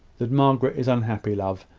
that margaret is unhappy, love,